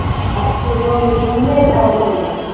आपके गाँव में भी मतलब शामिल है